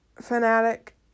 fanatic